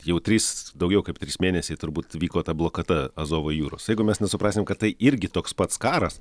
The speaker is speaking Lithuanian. jau trys daugiau kaip trys mėnesiai turbūt vyko ta blokada azovo jūros jeigu mes nesuprasim kad tai irgi toks pats karas